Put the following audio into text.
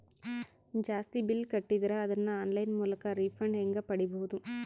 ಜಾಸ್ತಿ ಬಿಲ್ ಕಟ್ಟಿದರ ಅದನ್ನ ಆನ್ಲೈನ್ ಮೂಲಕ ರಿಫಂಡ ಹೆಂಗ್ ಪಡಿಬಹುದು?